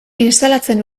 instalatzen